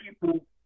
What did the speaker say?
people